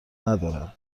ندارد